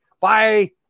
bye